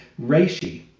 Reishi